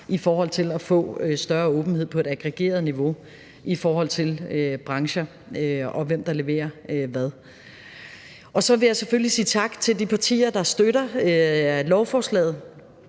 i forhold til at få større åbenhed på et aggregeret niveau i forhold til brancher, og hvem der leverer hvad. Så vil jeg selvfølgelig sige tak til de partier, der støtter lovforslaget,